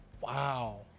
Wow